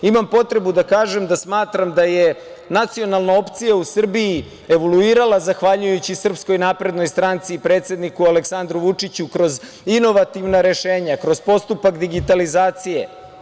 Imam potrebu da kažem da smatram da je nacionalna opcija u Srbiji evoluirala zahvaljujući SNS i predsedniku Aleksandru Vučiću kroz inovativna rešenja, kroz postupak digitalizacije.